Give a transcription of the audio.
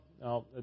no